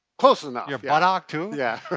close enough. your buttock too. yeah